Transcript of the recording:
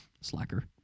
Slacker